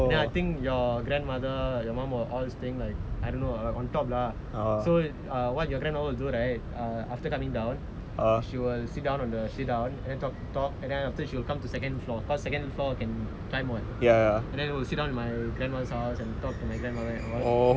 and then I think your grandmother your mum were all staying like I don't know lah on top lah so err what your grandmother would do right err after coming down she will sit down on the sit down and talk talk and then after that she will come to second floor second floor can climb what and then will sit down in my grandmother's house and talk to my grandmother and all